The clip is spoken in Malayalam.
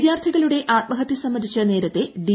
വിദ്യാർത്ഥികളുടെ ആത്മഹത്യ സംബന്ധിച്ച് നേർത്തെ ഡി